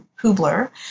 Hubler